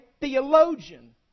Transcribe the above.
theologian